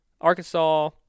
Arkansas